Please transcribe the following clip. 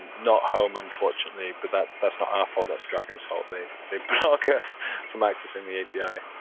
not home unfortunately but that's that's not our fault, that's dragon's fault. they they block us from accessing the api.